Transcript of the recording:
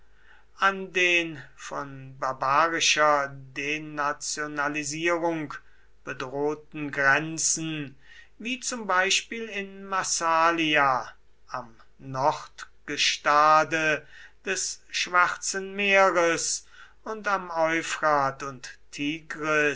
an den von barbarischer denationalisierung bedrohten grenzen wie zum beispiel in massalia am nordgestade des schwarzen meeres und am euphrat und